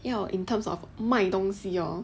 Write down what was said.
要 in terms of 卖东西 hor